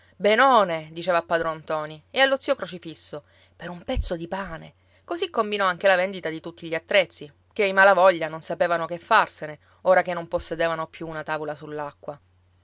benone diceva a padron ntoni e allo zio crocifisso per un pezzo di pane così combinò anche la vendita di tutti gli attrezzi ché i malavoglia non sapevano che farsene ora che non possedevano più una tavola